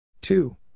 two